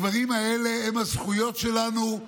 הדברים האלה הם הזכויות שלנו,